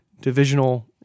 divisional